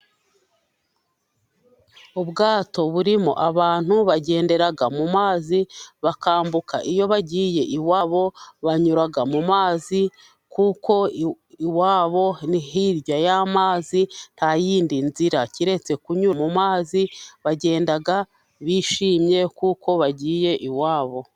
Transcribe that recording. Ubwato burimo abantu bagendera mu mazi bakambuka. Iyo bagiye iwabo banyura mu mazi, kuko iwabo ni hirya y'amazi. Nta yindi nzira keretse kunyura mu mazi. Bagenda bishimye kuko bagiye iwabo.